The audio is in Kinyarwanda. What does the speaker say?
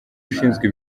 ushinzwe